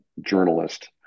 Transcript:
journalist